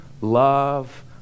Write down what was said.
love